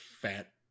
fat